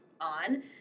on